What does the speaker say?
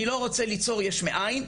אני לא רוצה ליצור יש מאיין,